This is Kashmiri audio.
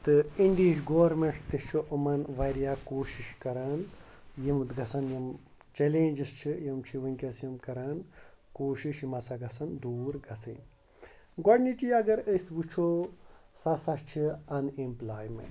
تہٕ اِنڈِہِچ گورمنٹھ تہِ چھُ یِمَن واریاہ کوٗشِش کَران یِم گَژھن یِم چلینٛجٕس چھِ یِم چھِ وٕنکٮ۪س یِم کَران کوٗشِش یِم ہَسا گژھن دوٗر گَژھٕنۍ گۄڈنِچی اگر أسۍ وٕچھو سَہ ہَسا چھِ اَن امپٕلایمٮ۪نٛٹ